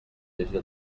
llegir